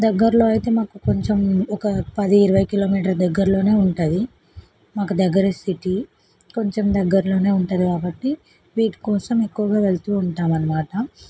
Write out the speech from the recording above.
దగ్గరలో అయితే మాకు కొంచెం ఒక పది ఇరవై కిలోమీటర్ దగ్గరలోనే ఉంటుంది మాకు దగ్గరే సిటీ కొంచెం దగ్గర్లోనే ఉంటుంది కాబట్టి వీటికోసం ఎక్కువగా వెళుతూ ఉంటాము అన్నమాట